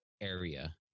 area